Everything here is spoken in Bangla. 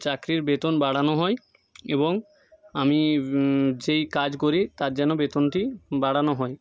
চাকরির বেতন বাড়ানো হয় এবং আমি যেই কাজ করি তার যেন বেতনটি বাড়ানো হয়